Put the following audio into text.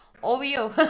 obvio